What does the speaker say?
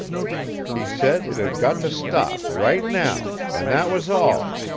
he said it had got to stop right now, and that was all,